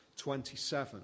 27